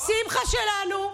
שמחה שלנו,